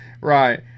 right